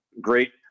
great